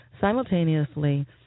Simultaneously